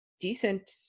decent